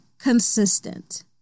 consistent